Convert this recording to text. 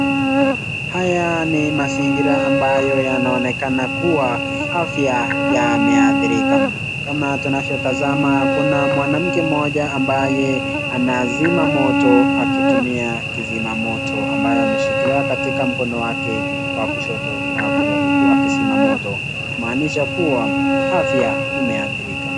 Haya ni mazingira ambayo yanaonekana kuwa afya yameathirika. Kama tunavyotazama kuna mwanamke mmoja ambaye anazima moto akitumia kizima moto ambayo ameshikilia katika mkono wake wa kushoto na wa kulia huku akizima moto. kumaanisha kuwa afya umeathirika.